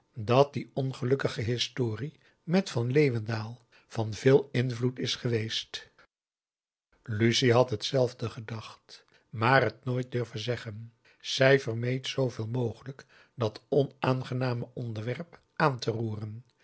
dat die ongelukkige historie met van leeuwendaal van veel invloed is geweest lucie had hetzelfde gedacht maar het nooit durven zeggen zij vermeed zooveel mogelijk dat onaangename onderwerp aan te roeren